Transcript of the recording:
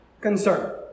concern